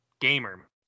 gamer